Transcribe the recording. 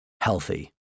healthy